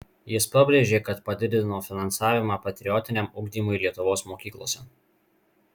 jis pabrėžė kad padidino finansavimą patriotiniam ugdymui lietuvos mokyklose